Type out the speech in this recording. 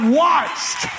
watched